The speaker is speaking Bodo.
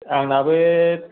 आंनाबो